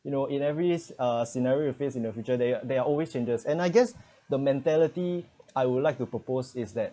you know in every uh a scenario you face in your future there there are always changes and I guess the mentality I would like to propose is that